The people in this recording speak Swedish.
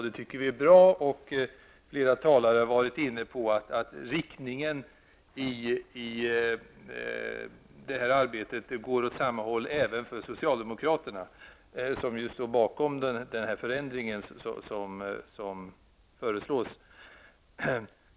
Det tycker vi är bra, och flera talare har varit inne på att arbetet är inriktat på att gå åt samma håll, även för socialdemokraterna som ju står bakom den förändring som föreslås.